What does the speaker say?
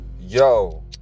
yo